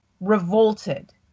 revolted